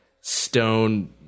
stone